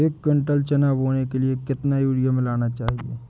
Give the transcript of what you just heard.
एक कुंटल चना बोने के लिए कितना यूरिया मिलाना चाहिये?